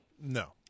No